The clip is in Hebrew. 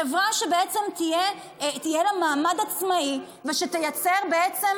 חברה שבעצם יהיה לה מעמד עצמאי ושתייצר בעצם